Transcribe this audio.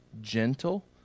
gentle